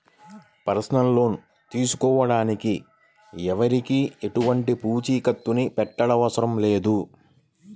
personal loan తీసుకోడానికి ఎవరికీ ఎలాంటి పూచీకత్తుని పెట్టనవసరం లేదు